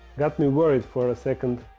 got me worried for a second.